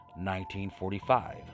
1945